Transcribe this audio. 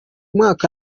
mwaka